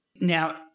Now